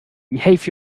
behave